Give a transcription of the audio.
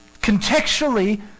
contextually